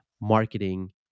marketing